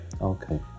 okay